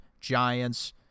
Giants